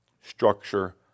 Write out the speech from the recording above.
structure